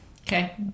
Okay